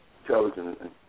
intelligent